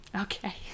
Okay